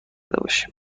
باشیم